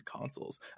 consoles